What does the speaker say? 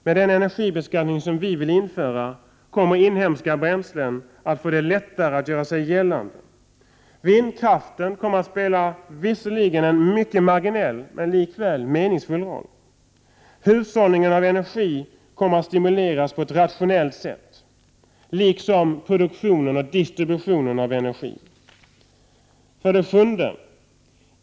Med den energibeskattning som vi vill införa kommer inhemska bränslen att få det lättare att göra sig gällande. Vindkraften kommer att kunna spela en visserligen marginell men likväl meningsfull roll. Hushållningen med energi kommer att stimuleras på ett rationellt sätt liksom produktionen och distributionen av energi. 7.